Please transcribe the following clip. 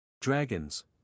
Dragons